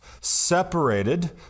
separated